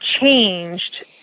changed